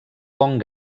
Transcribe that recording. pont